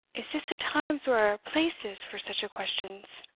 is this a times or a places for such a questions?